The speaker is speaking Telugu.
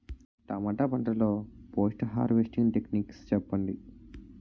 టమాటా పంట లొ పోస్ట్ హార్వెస్టింగ్ టెక్నిక్స్ చెప్పండి?